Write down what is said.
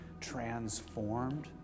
transformed